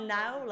now